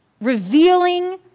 revealing